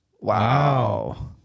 Wow